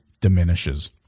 diminishes